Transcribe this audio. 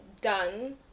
done